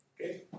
Okay